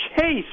Chase